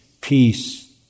peace